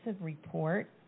report